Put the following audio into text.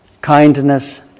kindness